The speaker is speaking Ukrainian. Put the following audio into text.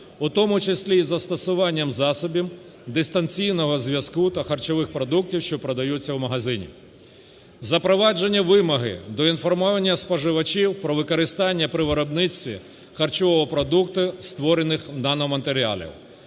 у тому числі із застосуванням засобів дистанційного зв'язку, та харчових продуктів, що продаються в магазині. Запровадження вимоги до інформування споживачів про використання при виробництві харчового продукту створених наноматеріалів.